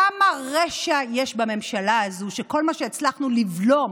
כמה רשע יש בממשלה הזו, כל מה שהצלחנו לבלום